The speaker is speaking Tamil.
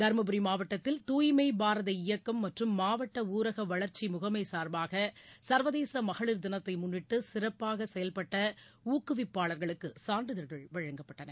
தருமபுரி மாவட்டத்தில் தூய்மை பாரத இயக்கம் மற்றும் மாவட்ட ஊரக வளர்ச்சி முகமை சார்பாக சர்வதேச மகளிர் தினத்தை முன்னிட்டு சிறப்பாக செயல்பட்ட ஊக்குவிப்பாளர்களுக்கு சான்றிதழ்கள் வழங்கப்பட்டன